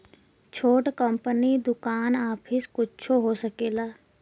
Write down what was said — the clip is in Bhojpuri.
छोट कंपनी दुकान आफिस कुच्छो हो सकेला